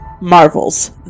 Marvel's